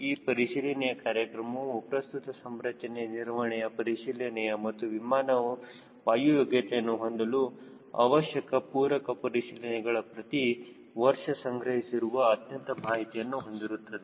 ಈ ಪರಿಶೀಲನೆ ಕಾರ್ಯಕ್ರಮವು ಪ್ರಸ್ತುತ ಸಂರಚನೆ ನಿರ್ವಹಣೆಯ ಪರಿಶೀಲನೆ ಮತ್ತು ವಿಮಾನವು ವಾಯು ಯೋಗ್ಯತೆಯನ್ನು ಹೊಂದಲು ಅವಶ್ಯಕ ಪೂರಕ ಪರಿಶೀಲನೆಗಳ ಪ್ರತಿ ವರ್ಷ ಸಂಗ್ರಹಿಸಿರುವ ಅಂತಹ ಮಾಹಿತಿಯನ್ನು ಹೊಂದಿರುತ್ತದೆ